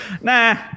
nah